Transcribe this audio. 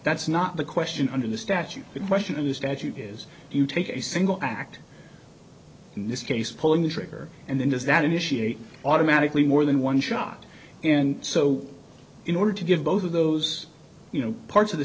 that's not the question under the statute the question in the statute is do you take a single act in this case pulling the trigger and then does that initiate automatically more than one shot and so in order to give both of those you know parts of the